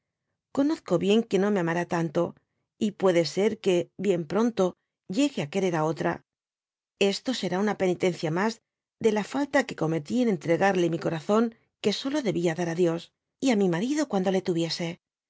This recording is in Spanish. conozco bien que no me amará tanto y puede ser que bien pronto llegue á querer á otra esto será una penitencia mas de la falta que cometí en dby google entregarleni corazón que solo debia dar á dios y á mi marido cuando le tuviese